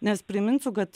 nes priminsiu kad